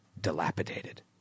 dilapidated